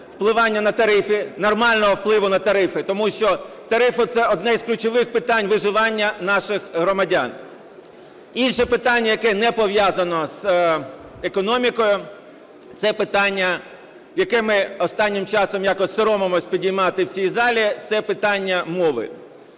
впливу на тарифи, нормального впливу на тарифи, тому що тарифи – це одне з ключових питань виживання наших громадян. Інше питання, яке не пов'язане з економікою, це питання, яке ми останнім часом якось соромимося підіймати в цій залі, – це питання мови.